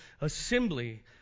assembly